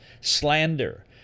slander